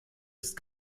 ist